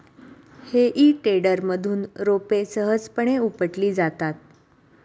हेई टेडरमधून रोपे सहजपणे उपटली जातात